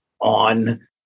on